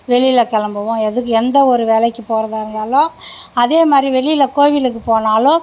வெளியில் கிளம்புவோம் எதுக்கு எந்த ஒரு வேலைக்கு போகிறதா இருந்தாலும் அதேமாதிரி வெளியில் கோவிலுக்குப் போனாலும்